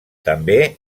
també